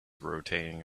rotating